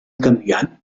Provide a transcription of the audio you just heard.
canviant